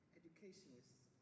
educationists